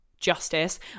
justice